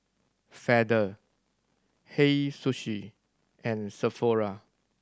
Feather Hei Sushi and Sephora